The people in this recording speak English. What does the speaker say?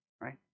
right